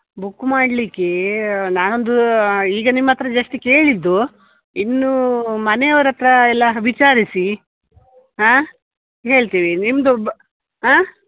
book ಮಾಡಲಿಕ್ಕೇ ನಾನೊಂದೂ ಈಗ ನಿಮ್ಮಹತ್ರ ಜಸ್ಟ್ ಕೇಳಿದ್ದು ಇನ್ನೂ ಮನೆಯವ್ರ ಹತ್ರ ಎಲ್ಲಾ ವಿಚಾರಿಸಿ ಹಾಂ ಹೇಳ್ತಿವಿ ನಿಮ್ದು ಬ್ ಹಾಂ